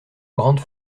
grande